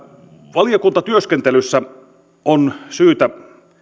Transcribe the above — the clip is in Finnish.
valiokuntatyöskentelyssä on syytä